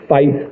Fight